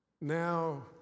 now